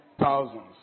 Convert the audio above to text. thousands